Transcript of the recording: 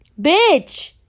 Bitch